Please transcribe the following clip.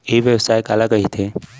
ई व्यवसाय काला कहिथे?